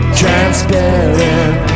transparent